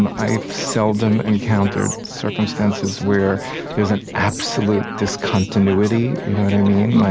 um i've seldom encountered circumstances where there's an absolute discontinuity. you know what i mean? like